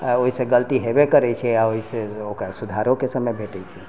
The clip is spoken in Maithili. ओहि से गलती हेबे करैत छै आ ओहि से ओकरा सुधारोके समय भेटैत छै